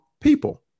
people